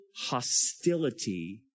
hostility